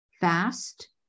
fast